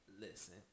Listen